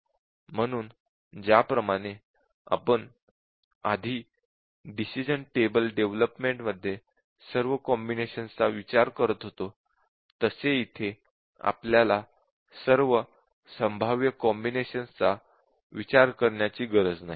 म्हणून ज्याप्रमाणे आपण आधी डिसिश़न टेबल डेव्हलपमेंटमध्ये सर्व कॉम्बिनेशन्स चा विचार करत होतो तसे इथे आपल्याला सर्व संभाव्य कॉम्बिनेशन्स चा खरोखर विचार करण्याची गरज नाही